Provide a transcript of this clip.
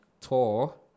tour